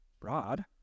broad